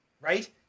right